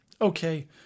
Okay